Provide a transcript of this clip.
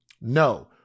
No